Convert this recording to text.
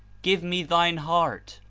give me thine heart,